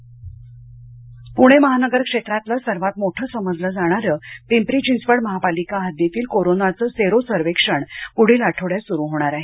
sero सर्वेक्षण पूणे महानगर क्षेत्रातलं सर्वात मोठं समजलं जाणारं पिंपरी चिंचवड महापालिका हद्दीतील कोरोनाचं सेरो सर्वेक्षण पुढील आठवड्यात सुरु होणार आहे